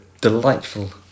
delightful